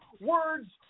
words